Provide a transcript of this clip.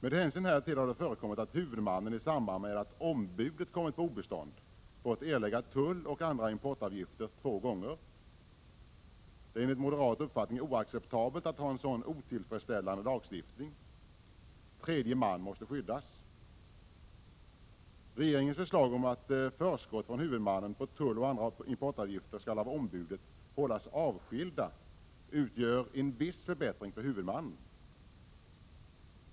Med hänsyn härtill har det förekommit att huvudmannen i samband med att ombudet kommit på obestånd fått erlägga tulloch andra importavgifter två gånger. Det är enligt moderat uppfattning oacceptabelt att ha en sådan otillfredsställande lagstiftning. Tredje man måste skyddas. Regeringens förslag om att förskott från huvudmannen på tulloch andra importavgifter skall av ombudet hållas avskilda utgör en viss förbättring för huvudmannen.